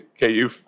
KU